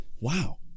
wow